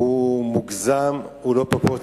הוא מוגזם, הוא לא פרופורציונלי,